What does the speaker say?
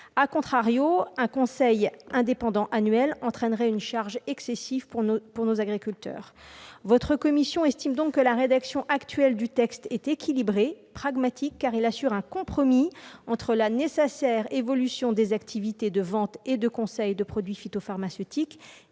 intégrée., un conseil indépendant annuel entraînerait une charge excessive pour nos agriculteurs. La commission estime donc que la rédaction actuelle du texte est équilibrée et pragmatique, car elle assure un compromis entre la nécessaire évolution des activités de vente et de conseil de produits phytopharmaceutiques